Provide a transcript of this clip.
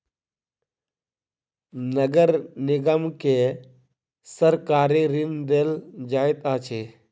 नगर निगम के सरकारी ऋण देल जाइत अछि